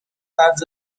has